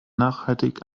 nachhaltig